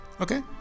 okay